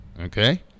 Okay